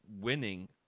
winning